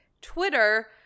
Twitter